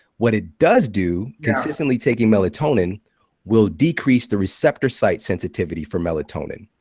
what it does do, consistently taking melatonin will decrease the receptor site sensitivity for melatonin.